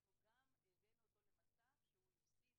אנחנו גם הבאנו אותו למצב שהוא הפסיד